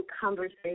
conversation